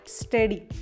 steady